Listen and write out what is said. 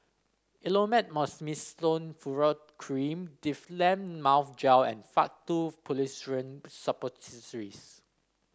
Elomet Mometasone Furoate Cream Difflam Mouth Gel and Faktu Policresulen Suppositories